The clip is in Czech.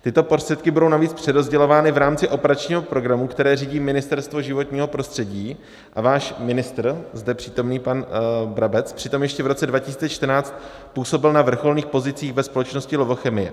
Tyto prostředky budou navíc přerozdělovány v rámci operačního programu, který řídí Ministerstvo životního prostředí, a váš ministr, zde přítomný pan Brabec, přitom ještě v roce 2014 působil na vrcholných pozicích ve společnosti Lovochemie.